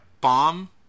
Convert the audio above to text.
bomb